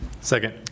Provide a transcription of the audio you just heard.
second